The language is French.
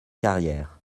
carrières